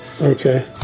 Okay